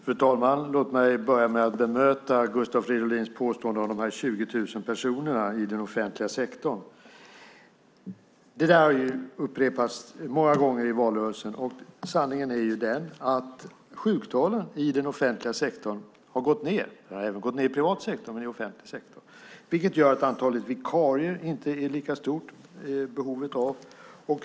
Fru talman! Låt mig börja med att bemöta Gustav Fridolins påstående om dessa 20 000 personer i den offentliga sektorn. Detta har upprepats många gånger i valrörelsen. Sanningen är den att sjuktalen i den offentliga sektorn har gått ned. De har även gått ned i den privata sektorn. Det gör att behovet av vikarier inte är lika stort.